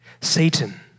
Satan